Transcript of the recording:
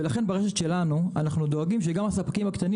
ולכן ברשת שלנו אנחנו דואגים שגם הספקים הקטנים